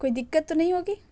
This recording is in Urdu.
کوئی دقت تو نہیں ہوگی